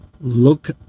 look